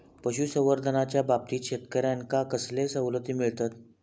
पशुसंवर्धनाच्याबाबतीत शेतकऱ्यांका कसले सवलती मिळतत?